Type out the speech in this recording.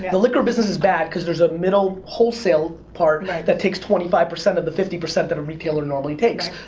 the liquor business is bad, cause there's a middle, wholesale part that takes twenty five percent of the fifty percent that a retailer normally takes.